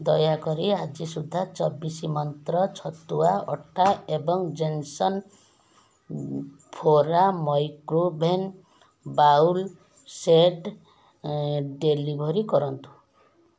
ଦୟାକରି ଆଜି ସୁଦ୍ଧା ଚବିଶ ମନ୍ତ୍ର ଛତୁଆ ଅଟା ଏବଂ ଜେନସନ୍ ଫୋରା ମଇକ୍ରୋୱେଭେନ୍ ବାଉଲ୍ ସେଟ୍ ଡେଲିଭରି କରନ୍ତୁ